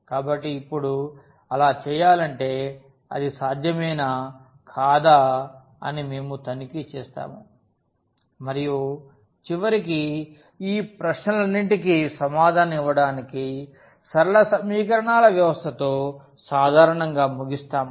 కాబట్టి ఇప్పుడు అలా చేయాలంటే అది సాధ్యమేనా కాదా అని మేము తనిఖీ చేస్తాము మరియు చివరికి ఈ ప్రశ్నలన్నింటికీ సమాధానం ఇవ్వడానికి సరళ సమీకరణాల వ్యవస్థతో సాధారణంగా ముగిస్తాము